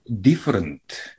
different